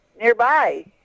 nearby